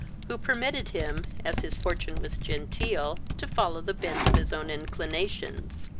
who permitted him, as his fortune was genteel, to follow the bent of his own inclinations.